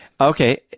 okay